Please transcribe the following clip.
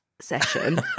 session